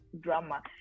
drama